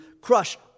crush